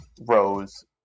rose